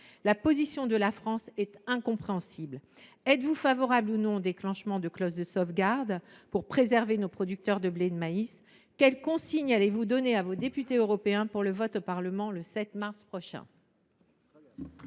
La position de la France est incompréhensible. Êtes vous favorable ou non au déclenchement de la clause de sauvegarde pour préserver nos producteurs de blé et de maïs ? Quelles consignes allez vous donner à vos députés européens pour le vote du 7 mars prochain ?